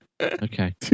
Okay